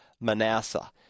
Manasseh